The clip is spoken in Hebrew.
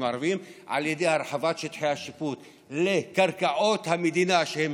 הערביים על ידי הרחבת שטחי השיפוט לקרקעות המדינה שהן